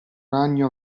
ragno